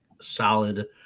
solid